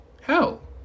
hell